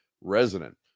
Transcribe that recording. resident